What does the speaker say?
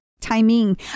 Timing